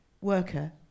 worker